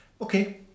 Okay